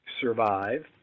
survive